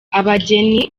abageni